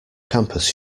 campus